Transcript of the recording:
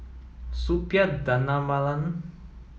Suppiah Dhanabalan